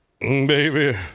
baby